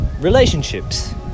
relationships